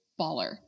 baller